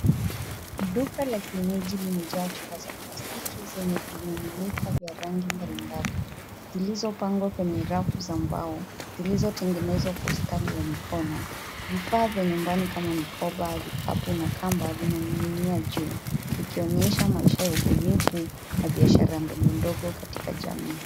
Duka la kienyeji limejaa chupa za plastiki zenye kimiminika vya rangi mbalimbali zilizopangwa kwenye rafu za mbao zilizotengenezwa kwa ustadi za mkono vifaa vya nyumbani kama vile mikopa vikabu na kamba vinaning'inia juu ikionyesha maisha ya ubunifu ya biashara ndogondogo katika jamii.